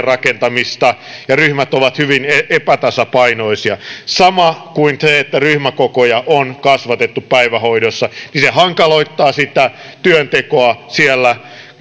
rakentamista ja ryhmät ovat hyvin epätasapainoisia samoin kuin se että ryhmäkokoja on kasvatettu päivähoidossa hankaloittaa sitä työntekoa siellä